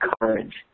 courage